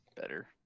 Better